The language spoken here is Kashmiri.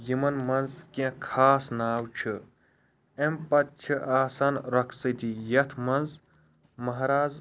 یمن مَنٛز کیٚنٛہہ خاص ناو چھِ اَمہِ پَتہٕ چھِ آسان رۄخصتی یتھ مَنٛز ماہراز